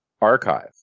archive